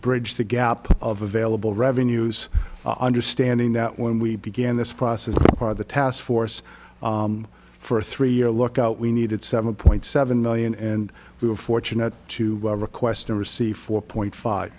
bridge the gap of available revenues understanding that when we began this process part of the task force for a three year look out we needed seven point seven million and we were fortunate to request to receive four point five